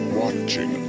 watching